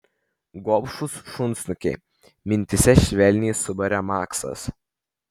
gobšūs šunsnukiai mintyse švelniai subarė maksas